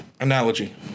analogy